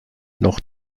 noch